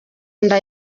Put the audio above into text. nda